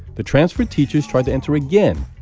the transferred teachers tried to enter again,